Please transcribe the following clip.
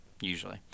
Usually